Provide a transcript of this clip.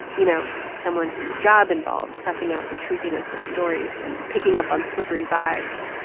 you know, someone whose job involves sussing out the truthiness of stories and picking up on slippery vibes,